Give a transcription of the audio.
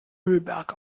müllberg